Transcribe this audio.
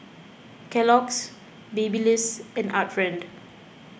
Kellogg's Babyliss and Art Friend